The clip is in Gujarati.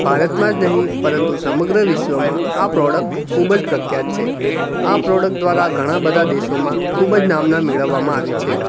ભારતમાં જ નહીં પરંતુ સમગ્ર વિશ્વમાં આ પ્રોડક્ટ ખૂબ જ પ્રખ્યાત છે આ પ્રોડક્ટ દ્વારા ઘણા બધાં દેશોમાં ખૂબ જ નામના મેળવવામાં આવી છે